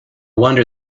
wonder